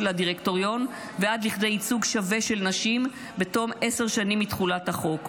הדירקטוריון ועד לכדי ייצוג שווה של נשים בתום עשר שנים מתחולת החוק,